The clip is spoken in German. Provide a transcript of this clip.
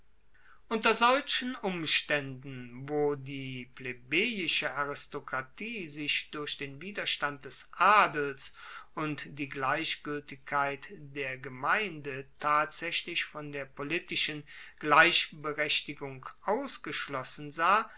unter solchen umstaenden wo die plebejische aristokratie sich durch den widerstand des adels und die gleichgueltigkeit der gemeinde tatsaechlich von der politischen gleichberechtigung ausgeschlossen sah